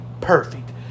perfect